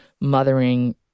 mothering